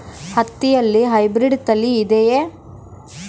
ಹತ್ತಿಯಲ್ಲಿ ಹೈಬ್ರಿಡ್ ತಳಿ ಇದೆಯೇ?